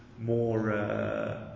more